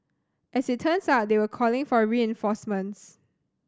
as it turns out they were calling for reinforcements